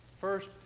First